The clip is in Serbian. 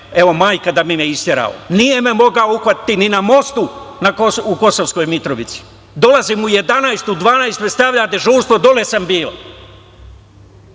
umrla, da bi me isterao. Nije me mogao uhvatiti ni na mostu u Kosovskoj Mitrovici, dolazim u 11, u 12, me stavlja na dežurstvo, dole sam bio.